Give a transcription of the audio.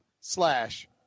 slash